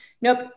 nope